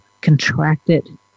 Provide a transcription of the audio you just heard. contracted